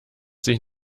sich